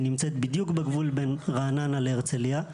היא נמצאת בדיוק בגבול בין רעננה להרצליה,